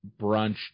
brunch